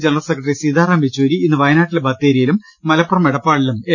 general secretary Sitaram Yechury ഇന്ന് വയ നാട്ടിലെ ബത്തേരിയിലും മലപ്പുറം എടപ്പാളിലും എൽ